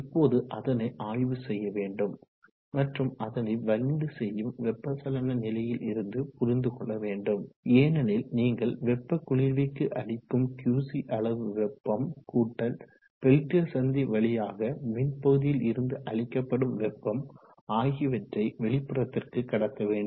இப்போது அதனை ஆய்வு செய்ய வேண்டும் மற்றும் அதனை வலிந்து செய்யும் வெப்ப சலன நிலையில் இருந்து புரிந்து கொள்ள வேண்டும் ஏனெனில் நீங்கள் வெப்ப குளிர்விக்கு அளிக்கும் Qc அளவு வெப்பம் கூட்டல் பெல்டியர் சந்தி வழியாக மின் பகுதியில் இருந்து அளிக்கப்படும் வெப்பம் ஆகியவற்றை வெளிப்புறத்திற்கு கடத்த வேண்டும்